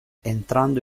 entrando